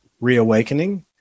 reawakening